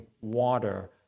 water